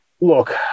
Look